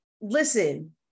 Listen